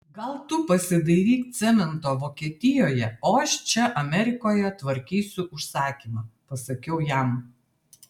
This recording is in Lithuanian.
gal tu pasidairyk cemento vokietijoje o aš čia amerikoje tvarkysiu užsakymą pasakiau jam